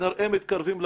שכנראה מתקרבים לבחירות.